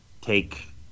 take